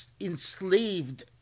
enslaved